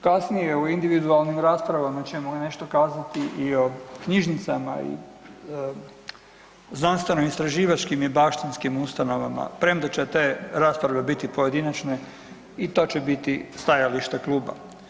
Kasnije u individualnim raspravama ćemo nešto kazati i o knjižnicama i znanstveno istraživačkim i baštinskim ustanovama premda ćete rasprave biti pojedinačne, i to će biti stajalište kluba.